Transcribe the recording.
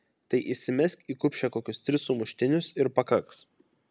tai įsimesk į kupšę kokius tris sumuštinius ir pakaks